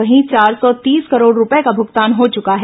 वहीं चार सौ तीस करोड़ रूपये का भुगतान हो चुका है